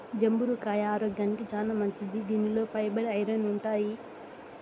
జంబూర కాయ ఆరోగ్యానికి చానా మంచిది దీనిలో ఫైబర్, ఐరన్ ఉంటాయి